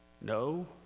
No